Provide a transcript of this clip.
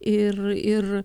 ir ir